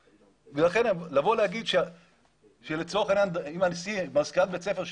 ולכן לבוא ולהגיד שלצורך העניין אם מזכירת בית ספר,